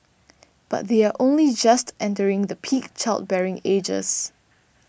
but they are only just entering the peak childbearing ages